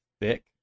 Thick